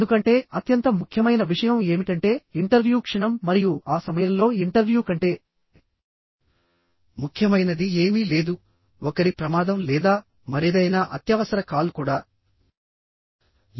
ఎందుకంటే అత్యంత ముఖ్యమైన విషయం ఏమిటంటే ఇంటర్వ్యూ క్షణం మరియు ఆ సమయంలో ఇంటర్వ్యూ కంటే ముఖ్యమైనది ఏమీ లేదు ఒకరి ప్రమాదం లేదా మరేదైనా అత్యవసర కాల్ కూడా లేదు